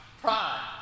Pride